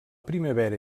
primavera